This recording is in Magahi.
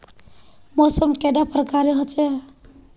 मौसम कैडा प्रकारेर होचे?